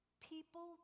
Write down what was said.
People